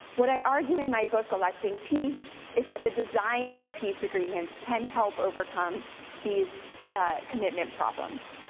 what i argue in my book electing peace is that the design of peace agreements can help overcome these commitment problems,